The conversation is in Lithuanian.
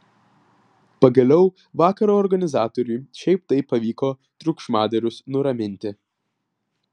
pagaliau vakaro organizatoriui šiaip taip pavyko triukšmadarius nuraminti